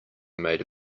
made